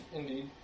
indeed